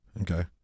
Okay